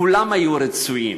כולם היו רצויים